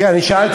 כן, אני שאלתי.